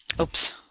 Oops